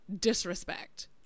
disrespect